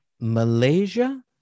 Malaysia